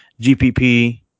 GPP